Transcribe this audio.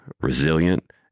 resilient